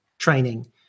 training